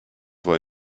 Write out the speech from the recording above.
war